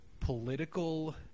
political